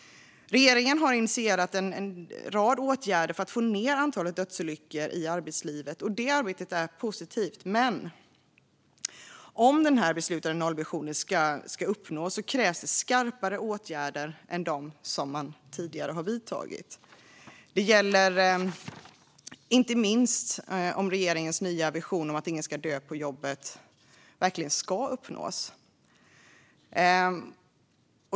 Regeringen har initierat en rad åtgärder för att få ned antalet dödsolyckor i arbetslivet, och det arbetet är positivt. Men om den beslutade nollvisionen ska uppnås krävs skarpare åtgärder än dem man tidigare har vidtagit, inte minst när det gäller regeringens nya vision om att ingen ska dö på jobbet.